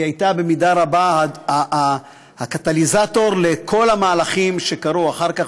והיא הייתה במידה רבה הקטליזטור לכל המהלכים שקרו אחר כך.